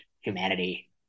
humanity